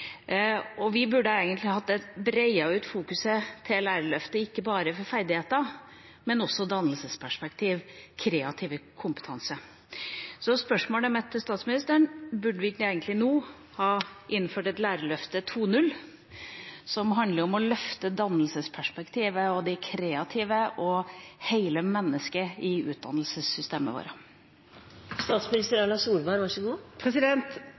Vi burde egentlig ha utvidet fokuset på lærerløftet ikke bare til ferdigheter, men også til et dannelsesperspektiv og til kreativ kompetanse. Spørsmålet mitt til statsministeren er: Burde vi ikke egentlig nå ha innført et lærerløft 2.0, som handler om å løfte dannelsesperspektivet og det kreative og hele mennesket i utdannelsessystemet vårt?